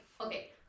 okay